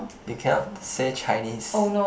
you cannot say Chinese